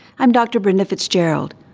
i'm dr. brenda fitzgerald,